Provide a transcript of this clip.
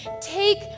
Take